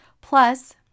Plus